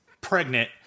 pregnant